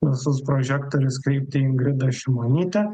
visus prožektorius kreipt į ingridą šimonytę